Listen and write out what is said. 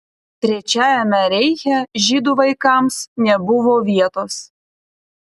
trečiajame reiche žydų vaikams nebuvo vietos